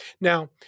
Now